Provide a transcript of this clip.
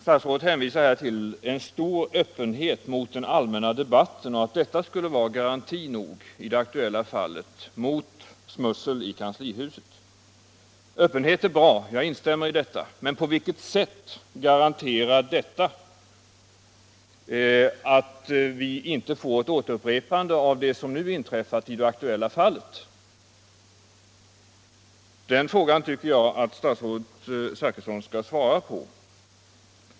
Statsrådet hänvisar där till en stor öppenhet mot den allmänna debatten och att detta i det aktuella fallet skulle vara garanti nog mot smussel i kanslihuset. Öppenhet är bra, jag instämmer i det, men på vilket sätt garanterar den att vi inte får ett upprepande av det som nu inträffat? Den frågan tycker jag att statsrådet Zachrisson skall svara på.